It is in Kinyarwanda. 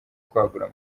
kwagura